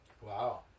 Wow